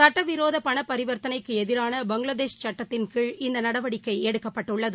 சட்டவிரோத பணபரிவர்த்தனைக்கு எதிரான பங்களாதேஷ் சட்டத்தின் கீழ் இந்த நடவடிக்கை எடுக்கப்பட்டுள்ளது